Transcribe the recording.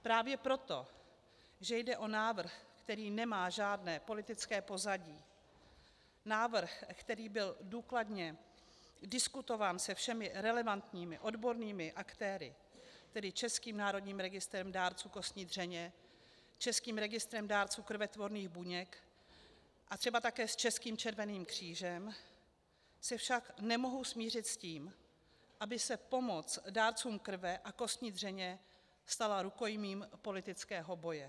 Právě proto, že jde o návrh, který nemá žádné politické pozadí, návrh, který byl důkladně diskutován se všemi relevantními odbornými aktéry, tedy Českým národním registrem dárců kostní dřeně, Českým registrem dárců krvetvorných buněk a třeba také s Českým červeným křížem, se však nemohu smířit s tím, aby se pomoc dárcům krve a kostní dřeně stala rukojmím politického boje.